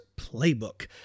playbook